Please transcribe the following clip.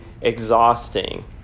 exhausting